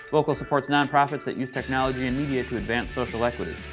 voqal supports non-profits that use technology and media to advance social equity.